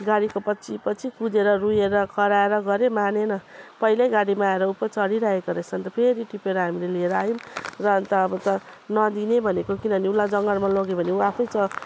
गाडीको पछि पछि कुदेर रोएर कराएर गऱ्यो मानेन पहिल्यै गाडीमा आएर ऊ पो चढिरहेको रहेछ अन्त फेरि टिपेर हामीले लिएर आयौँ र अन्त अब त नदिने भनेको किनभने उसलाई जङ्गलमा लग्यो भने ऊ आफै च